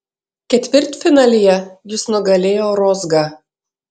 ketvirtfinalyje jis nugalėjo rozgą